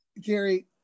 Gary